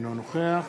אינו נוכח